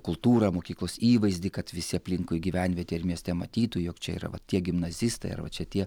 kultūrą mokyklos įvaizdį kad visi aplinkui gyvenvietėj ar mieste matytų jog čia yra va tie gimnazistai ar va čia tie